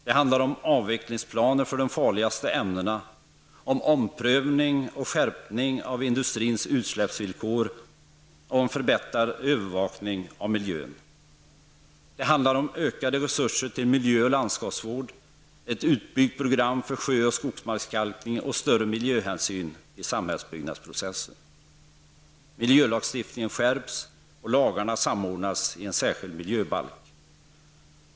Det handlar om avvecklingsplaner för de farligaste ämnena, om omprövning och skärpning av industrins utsläppsvillkor och om förbättrad övervakning av miljön. Det handlar om ökade resurser till miljöoch landskapsvård, ett utbyggt program för sjö och skogsmarkskalkning och större miljöhänsyn i samhällsbyggnadsprocessen. Miljölagstiftningen skärps, och lagarna samordnas i en särskild miljöbalk.